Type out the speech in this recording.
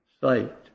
sight